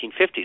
1950s